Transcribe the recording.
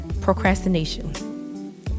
Procrastination